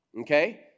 okay